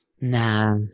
Nah